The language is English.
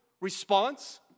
response